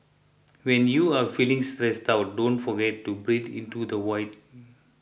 when you are feeling stressed out don't forget to breathe into the void